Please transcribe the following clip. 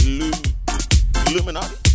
Illuminati